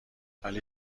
ولی